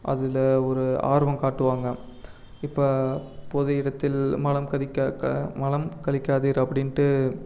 அதில் ஒரு ஆர்வம் காட்டுவாங்க இப்போ பொது இடத்தில் மலம் கதிக்க க மலம் கழிக்காதீர் அப்படின்ட்டு